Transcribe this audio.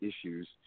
issues